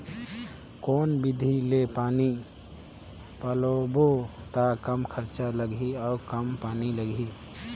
कौन विधि ले पानी पलोबो त कम खरचा लगही अउ कम पानी लगही?